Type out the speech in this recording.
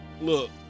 look